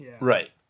Right